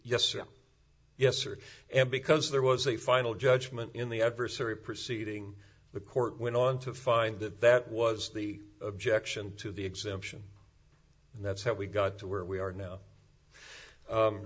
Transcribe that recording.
yes or yes or and because there was a final judgment in the adversary proceeding the court went on to find that that was the objection to the exemption and that's how we got to where we are now